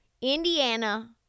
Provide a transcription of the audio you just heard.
Indiana